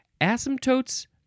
asymptotes